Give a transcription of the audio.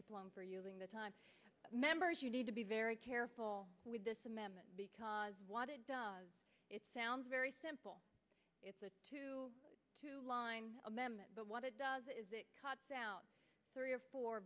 blunt for using the time members you need to be very careful with this amendment because what it does it sounds very simple to two line amendment but what it does is it cuts out three or four